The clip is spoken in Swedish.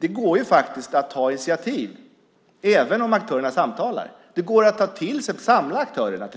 Det går ju faktiskt att ta initiativ även om aktörerna samtalar. Det går till exempel att samla aktörerna